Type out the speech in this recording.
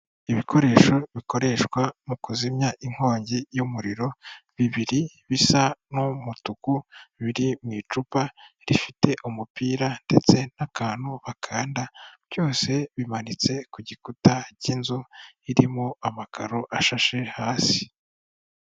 Ibikoresho bikoreshwa mu kuzimya inkongi y'umuriro bibiri bisa n'umutuku biri mu icupa rifite umupira ndetse n'akantu bakanda, byose bimanitse ku gikuta cy'inzu irimo amakaro ashashe hasi.